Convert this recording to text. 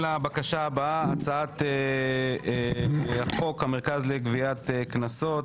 הצעת חוק המרכז לגביית קנסות,